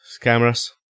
cameras